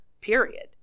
period